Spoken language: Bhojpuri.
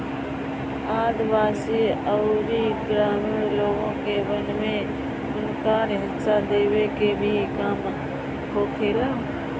आदिवासी अउरी ग्रामीण लोग के वन में उनकर हिस्सा देवे के भी काम होखेला